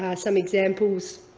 some example of